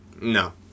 no